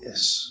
Yes